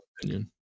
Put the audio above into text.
opinion